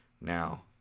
Now